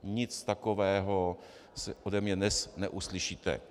Nic takového ode mne dnes neuslyšíte.